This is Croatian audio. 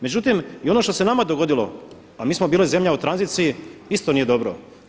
Međutim i ono što se nama dogodilo, a mi smo bili zemlja u tranziciji isto nije dobro.